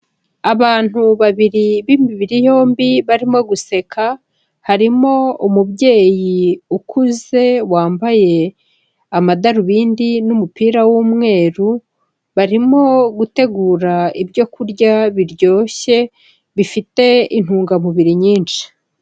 Abantu babiri b'imibiri yombi barimo guseka, harimo umubyeyi ukuze wambaye amadarubindi n'umupira w'umweru, barimo gutegura ibyo kurya biryoshye, bifite intungamubiri nyinshi.